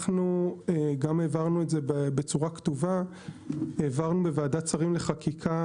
העברנו את זה בצורה כתובה לוועדת שרים לחקיקה,